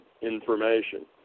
information